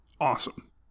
awesome